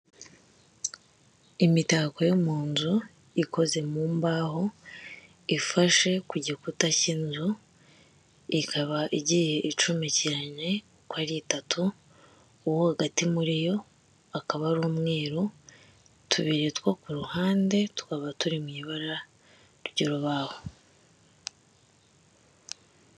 Imitako yo mu nzu ikoze mu mbaho, ifashe ku gikuta k'inzu, ikaba igiye icomekeranye uko ari itatu, uwo hagati muri yo akaba ari umweru, tubiri two ku ruhande tukaba turi mu ibara ry'urubaho.